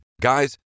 Guys